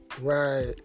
Right